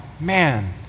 man